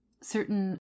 certain